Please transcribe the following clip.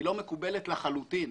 היא לא מקובלת לחלוטין.